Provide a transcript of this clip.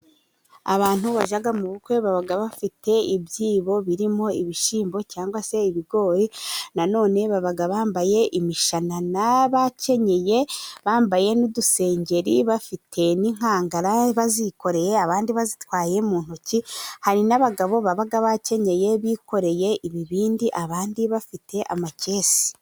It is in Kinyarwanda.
Abantu bajya mu bukwe baba bafite ibyibo birimo ibishyimbo cyangwa se ibigori. Na none baba bambaye imishanana n'abakenyeye, bambaye n'udusengeri, bafite n'inkangara bazikoreye abandi bazitwaye mu ntoki. Hari n'abagabo baba bakenyeye bikoreye ibibindi abandi bafite amakese.